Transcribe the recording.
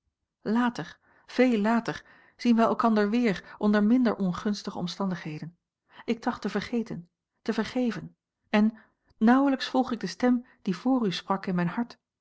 later veel later zien wij elkander weer onder minder ongunstige omstandigheden ik tracht te vergeten te vergeven en nauwelijks volg ik de stem die voor u sprak in mijn hart